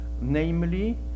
namely